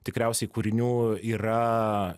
tikriausiai kūrinių yra